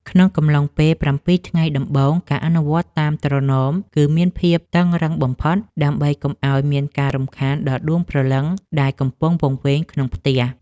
ក្នុងកំឡុងពេលប្រាំពីរថ្ងៃដំបូង ការអនុវត្តតាមត្រណមគឺមានភាពតឹងរ៉ឹងបំផុតដើម្បីកុំឱ្យមានការរំខានដល់ដួងព្រលឹងដែលកំពុងវង្វេងក្នុងផ្ទះ។